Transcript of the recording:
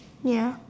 ya